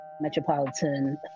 metropolitan